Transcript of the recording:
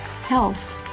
Health